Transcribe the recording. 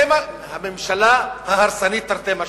זו הממשלה ההרסנית, תרתי משמע.